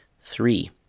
three